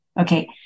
Okay